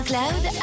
Cloud